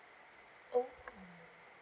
oh